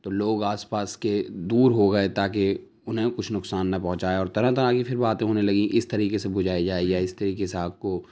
تو لوگ آس پاس کے دور ہو گئے تاکہ انہیں کچھ نقصان ںہ پہنچائے اور طرح طرح کی پھر باتیں ہونے لگیں اس طریقے سے بجھائی جائے یا اس طریقے سے آگ کو